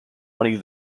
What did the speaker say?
money